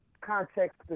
context